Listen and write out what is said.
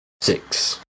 six